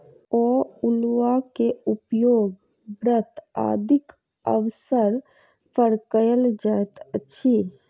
अउलुआ के उपयोग व्रत आदिक अवसर पर कयल जाइत अछि